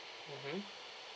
mmhmm